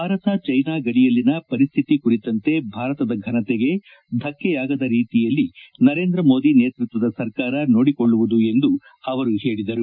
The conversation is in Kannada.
ಭಾರತ ಜೈನಾ ಗಡಿಯಲ್ಲಿನ ಪರಿಸ್ಥಿತಿ ಕುರಿತಂತೆ ಭಾರತದ ಫನತೆಗೆ ಧಕ್ಷೆಯಾಗದ ರೀತಿಯಲ್ಲಿ ಸರೇಂದ್ರ ಮೋದಿ ನೇತೃತ್ವದ ಸರ್ಕಾರ ನೋಡಿಕೊಳ್ಳುವುದು ಎಂದು ಅವರು ಹೇಳಿದರು